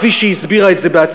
כפי שהסבירה את זה בעצמה,